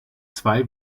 zwei